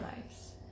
lives